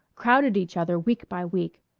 crowded each other week by week.